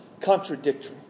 contradictory